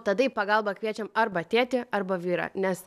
tada į pagalbą kviečiam arba tėtį arba vyrą nes